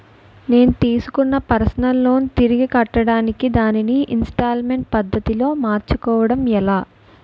నేను తిస్కున్న personal loan తిరిగి కట్టడానికి దానిని ఇంస్తాల్మేంట్ పద్ధతి లో మార్చుకోవడం ఎలా?